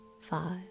five